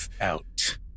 out